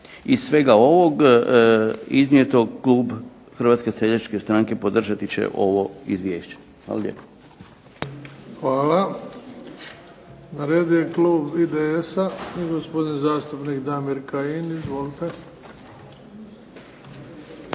Iz svega ovog iznijetog klub Hrvatske seljačke stranke podržati će ovo izvješće. Hvala lijepo. **Bebić, Luka (HDZ)** Hvala. Na redu je klub IDS-a i gospodin zastupnik Damir Kajin. Izvolite.